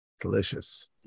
delicious